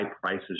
prices